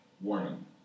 warning